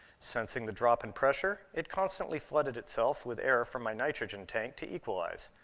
sensing the drop in pressure, it constantly flooded itself with air from my nitrogen tank to equalize.